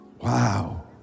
wow